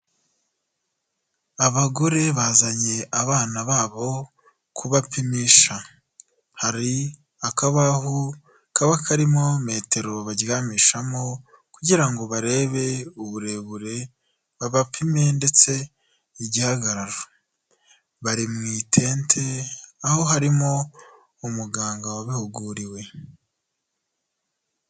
Abagore bazanye abana babo kubapimisha, hari akabaho kaba karimo metero baryamishamo kugira ngo barebe uburebure, babapime ndetse n'igihagararo. Bari mu itente aho haba harimo umuganga wabihuguriwe.